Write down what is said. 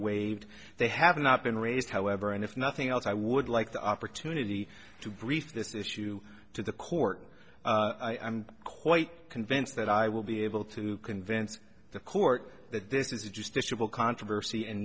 waived they have not been raised however and if nothing else i would like the opportunity to brief this issue to the court i'm quite convinced that i will be able to convince the court that this is a just issue a controversy and